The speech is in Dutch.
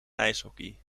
ijshockey